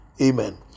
Amen